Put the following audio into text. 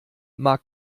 mag